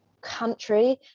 country